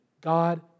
God